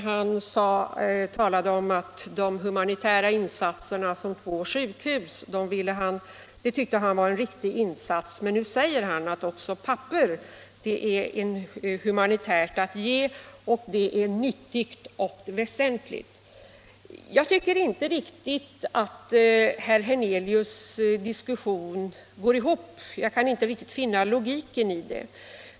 Han tyckte att de insatser som två sjukhus innebär var riktiga, men nu säger han att det är humanitärt att ge också papper som är nyttiga och väsentliga ting. Jag förstår inte att herr Hernelius argumentering riktigt går ihop — jag kan inte se logiken i den.